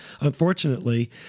unfortunately